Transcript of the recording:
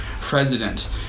president